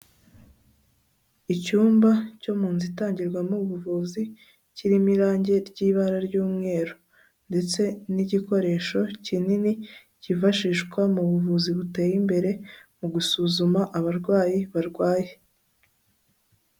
Icyumba cyo mu nzu itangirwamo ubuvuzi kirimo irange ry'ibara ry'umweru ndetse n'igikoresho kinini kifashishwa mu buvuzi buteye imbere, mu gusuzuma abarwayi barwaye.